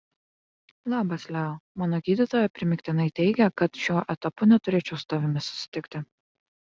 labas leo mano gydytoja primygtinai teigia kad šiuo etapu neturėčiau su tavimi susitikti